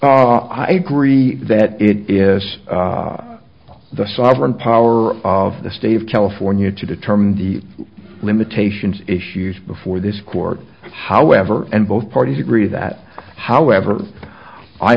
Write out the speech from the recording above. law i agree that it is the sovereign power of the state of california to determine the limitations issues before this court however and both parties agree that however i